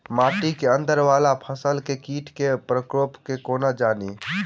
माटि केँ अंदर वला फसल मे कीट केँ प्रकोप केँ कोना जानि?